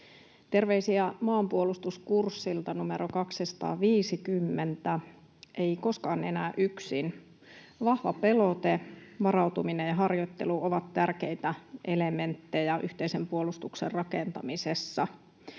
Terveisiä maanpuolustuskurssilta numero 250. Ei koskaan enää yksin. Vahva pelote, varautuminen ja harjoittelu ovat tärkeitä elementtejä yhteisen puolustuksen rakentamisessa.